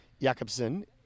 Jakobsen